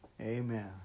Amen